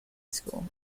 school